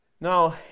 Now